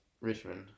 Richmond